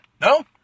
no